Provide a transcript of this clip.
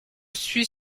suis